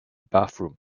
bathroom